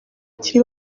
bakiri